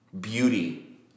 beauty